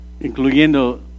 incluyendo